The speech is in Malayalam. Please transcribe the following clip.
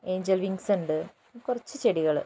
ഏയ്ഞ്ചൽ വിംഗ്സ് ഉണ്ട് കുറച്ച് ചെടികൾ